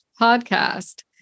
podcast